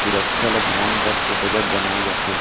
सुरक्छा ल धियान राखके बजट बनाए जाथे